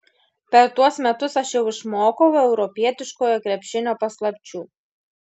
per tuos metus aš jau išmokau europietiškojo krepšinio paslapčių